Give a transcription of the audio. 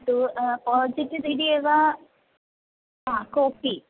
अस्तु पाजिटि इति एव हा कोपि